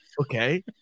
okay